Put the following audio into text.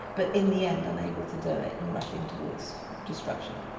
but in the end unable to do it and rushing towards destruction.